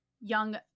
young